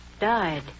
died